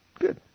Good